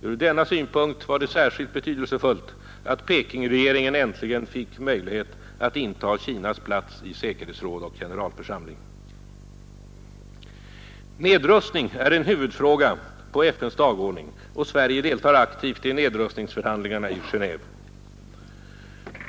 Ur denna synpunkt var det särskilt betydelsefullt att Pekingregeringen äntligen fick möjlighet att inta Kinas plats i säkerhetsråd och generalförsamling. Nedrustning är en huvudfråga på FN:s dagordning, och Sverige deltar aktivt i nedrustningsförhandlingarna i Genéve.